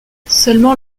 seulement